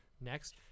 next